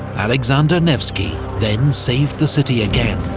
alexander nevsky, then saved the city again,